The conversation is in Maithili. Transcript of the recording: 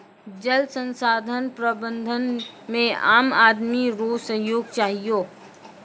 जल संसाधन प्रबंधन मे आम आदमी रो सहयोग चहियो